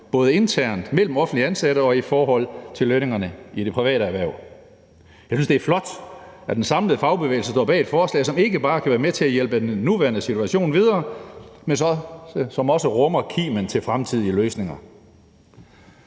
både internt mellem offentligt ansatte og i forhold til lønningerne i de private erhverv. Jeg synes, det er flot, at den samlede fagbevægelse står bag et forslag, som ikke bare kan være med til at hjælpe den nuværende situation videre, men som også rummer kimen til fremtidige løsninger.